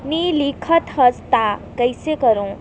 नी लिखत हस ता कइसे करू?